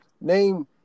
Name